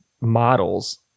models